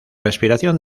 respiración